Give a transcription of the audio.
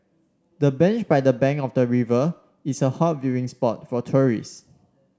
the bench by the bank of the river is a hot viewing spot for tourist